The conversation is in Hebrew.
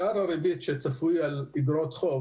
שער הריבית שצפוי על אגרות חוב